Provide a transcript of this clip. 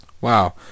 Wow